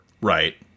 Right